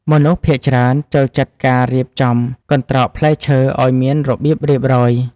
មនុស្សភាគច្រើនចូលចិត្តការរៀបចំកន្ត្រកផ្លែឈើឱ្យមានរបៀបរៀបរយ។